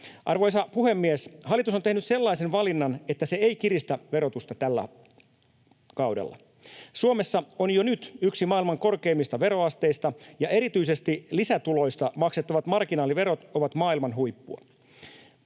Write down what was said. Arvoisa puhemies! Hallitus on tehnyt sellaisen valinnan, että se ei kiristä verotusta tällä kaudella. Suomessa on jo nyt yksi maailman korkeimmista veroasteista ja erityisesti lisätuloista maksettavat marginaaliverot ovat maailman huippua.